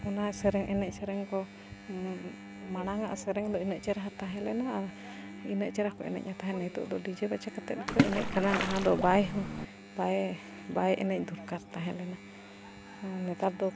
ᱚᱱᱟ ᱥᱮᱨᱮᱧ ᱮᱱᱮᱡ ᱥᱮᱨᱮᱧ ᱠᱚ ᱢᱟᱲᱟᱝ ᱟᱜ ᱥᱮᱨᱮᱧ ᱫᱚ ᱤᱱᱟᱹᱜ ᱪᱮᱨᱦᱟ ᱛᱟᱦᱮᱸ ᱞᱮᱱᱟ ᱟᱨ ᱤᱱᱟᱹ ᱪᱮᱦᱨᱟ ᱠᱚ ᱮᱱᱮᱡᱟ ᱛᱟᱦᱮᱸ ᱱᱤᱛᱳᱜ ᱫᱚ ᱰᱤᱡᱮ ᱵᱟᱪᱷᱟ ᱠᱟᱛᱮ ᱠᱚ ᱮᱱᱮᱡ ᱠᱟᱱᱟ ᱚᱱᱟ ᱫᱚ ᱵᱟᱭ ᱦᱚᱸ ᱵᱟᱭ ᱵᱟᱭ ᱮᱱᱮᱡ ᱫᱚᱨᱠᱟᱨ ᱛᱟᱦᱮᱸ ᱞᱮᱱᱟ ᱱᱮᱛᱟᱨ ᱫᱚ